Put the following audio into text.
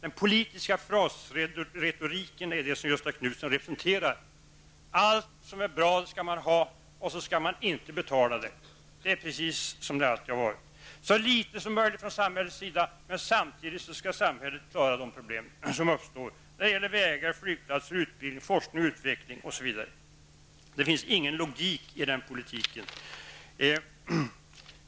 Den politiska frasretoriken är det som Göthe Knutson representerar. Allt som är bra skall man ha, och så skall man inte betala det. Det är precis som det alltid har varit. Så litet som möjligt från samhällets sida, men samtidigt skall samhället klara de problem som uppstår när det gäller vägar, flygplatser, utbildning, forskning och utveckling, osv. Det finns ingen logik i den politiken.